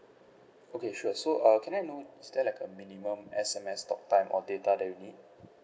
okay sure so uh can I know is that like a minimum S_M_S talk time or data that you need